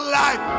life